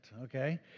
okay